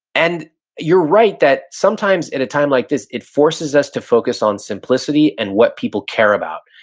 and you're right, that sometimes at a time like this, it forces us to focus on simplicity and what people care about.